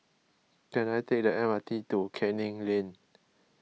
can I take the M R T to Canning Lane